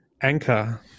anchor